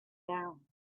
down